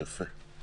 יפה.